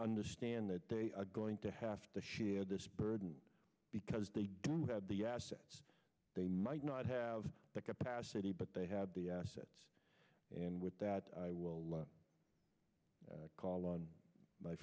understand that they are going to have to share this burden because they do have the assets they might not have the capacity but they have the assets and with that i will call on my